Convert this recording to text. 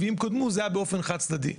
ואם קודמו זה היה באופן חד צדדי.